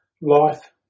life